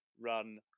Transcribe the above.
run